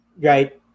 right